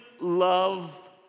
love